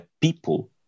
people